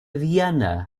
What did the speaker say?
vienna